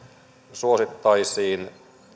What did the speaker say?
suosittaisiin